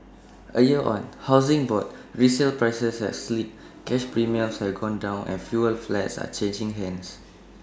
A year on Housing Board resale prices have slipped cash premiums have gone down and fewer flats are changing hands